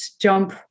jump